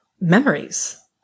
memories